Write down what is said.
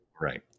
Right